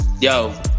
Yo